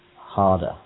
harder